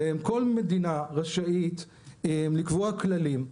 כל מדינה רשאית לקבוע כללים.